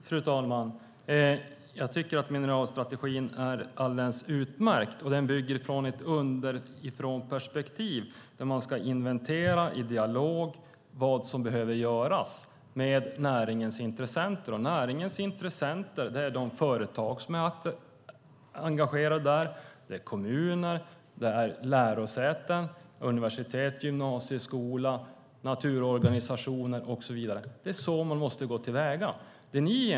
Fru talman! Jag tycker att mineralstrategin är alldeles utmärkt, och den bygger på ett underifrånperspektiv där man i dialog med näringens intressenter ska inventera vad som behöver göras. Näringens intressenter är de företag som är engagerade, kommuner, lärosäten - universitet eller gymnasieskola - naturorganisationer och så vidare. Det är så man måste gå till väga.